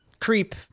creep